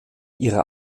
ihrer